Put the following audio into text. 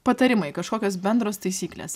patarimai kažkokios bendros taisyklės